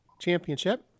championship